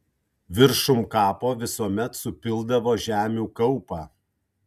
viršum kapo visuomet supildavo žemių kaupą